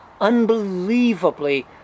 unbelievably